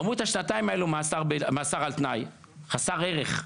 אמרו את השנתיים האלה מאסר על תנאי, חסר ערך,